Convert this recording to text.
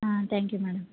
ah thank you madam